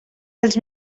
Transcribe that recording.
dels